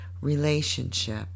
relationship